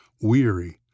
weary